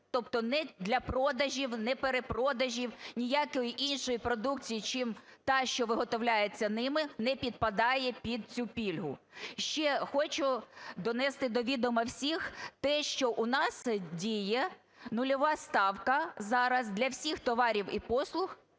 Тобто не для продажів, не перепродажів, ніякої іншої продукції, чим та що виготовляється ними, не підпадає під цю пільгу. Ще хочу донести до відома всіх, те, що у нас діє нульова ставка зараз для всіх товарів і послуг.